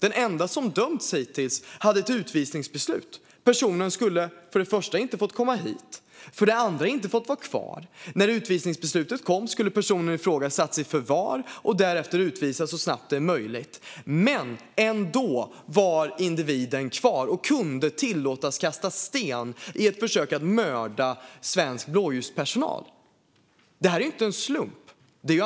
Den ende som hittills dömts hade ett utvisningsbeslut. Personen skulle för det första inte ha fått komma hit och för det andra inte ha fått vara kvar. När utvisningsbeslutet kom skulle personen i fråga satts i förvar och därefter utvisats så snabbt som möjligt. Men individen var ändå kvar och kunde tillåtas kasta sten i ett försök att mörda svensk blåljuspersonal. Detta är inte en slump.